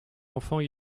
enfants